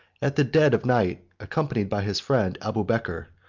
at the dead of night, accompanied by his friend abubeker,